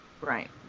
Right